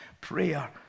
prayer